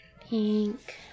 Pink